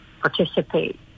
participate